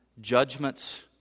judgments